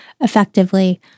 effectively